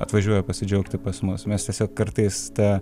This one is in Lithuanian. atvažiuoja pasidžiaugti pas mus mes tiesiog kartais ta